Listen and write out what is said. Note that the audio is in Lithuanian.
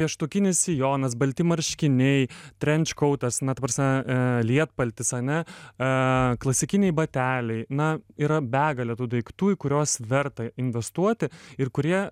pieštukinis sijonas balti marškiniai trenkškautas na ta prasme lietpaltis ane a klasikiniai bateliai na yra begalė tų daiktų į kuriuos verta investuoti ir kurie